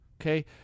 okay